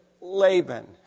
Laban